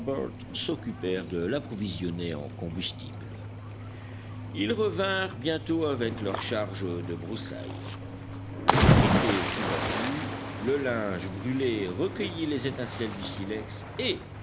s'occupèrent de l'approvisionner en combustible ils revinrent bientôt avec leur charge de broussailles le briquet fut battu le linge brûlé recueillit les étincelles du silex et